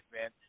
man